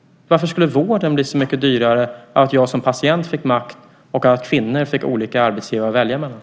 Varför skulle vården bli så mycket dyrare för att jag som patient fick makt och för att kvinnor fick olika arbetsgivare att välja mellan?